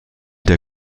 der